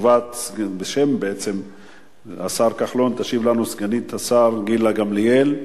בשם השר כחלון תשיב לנו סגנית השר גילה גמליאל.